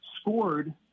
scored –